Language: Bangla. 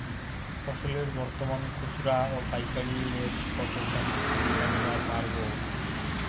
ফসলের বর্তমান খুচরা ও পাইকারি রেট কতো কেমন করি জানিবার পারবো?